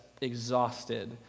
exhausted